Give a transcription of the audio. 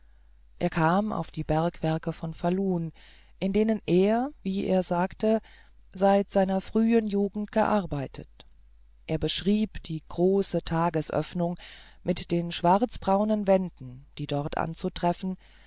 er kam auf die bergwerke von falun in denen er wie er sagte seit seiner frühen jugend gearbeitet er beschrieb die große tagesöffnung mit den schwarzbraunen wänden die dort anzutreffen